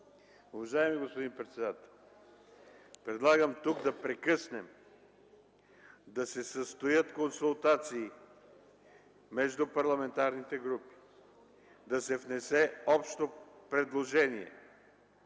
Уважаеми господин председател, предлагам тук да прекъснем, да се състоят консултации между парламентарните групи и да се внесе общо предложение